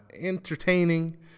entertaining